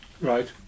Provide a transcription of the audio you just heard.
Right